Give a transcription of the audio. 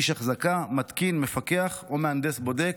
איש אחזקה, מתקין, מפקח או מהנדס בודק.